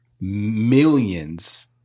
millions